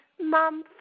mom